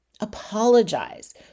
Apologize